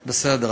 בסדר.